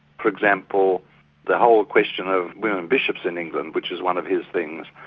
for example the whole question of women bishops in england, which is one of his things,